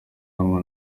ahanwa